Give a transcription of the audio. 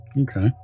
Okay